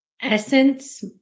essence